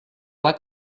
like